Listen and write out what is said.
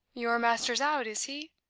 your master's out, is he?